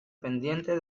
pendiente